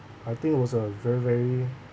I think it was a very very